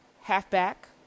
halfback